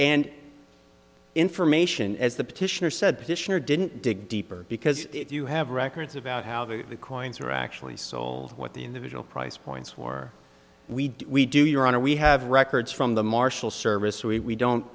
and information as the petitioner said petitioner didn't dig deeper because if you have records about how the coins are actually sold what the individual price points for we do your honor we have records from the marshal service we don't